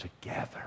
together